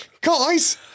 Guys